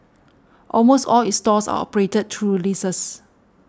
almost all its stores are operated through leases